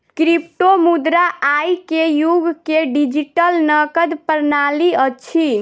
क्रिप्टोमुद्रा आई के युग के डिजिटल नकद प्रणाली अछि